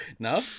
No